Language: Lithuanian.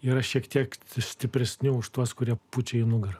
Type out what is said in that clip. yra šiek tiek stipresni už tuos kurie pučia į nugarą